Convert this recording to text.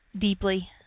Deeply